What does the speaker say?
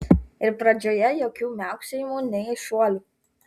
ir pradžioje jokių miauksėjimų nei šuolių